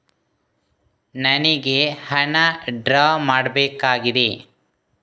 ನನಿಗೆ ಹಣ ಡ್ರಾ ಮಾಡ್ಬೇಕಾಗಿದೆ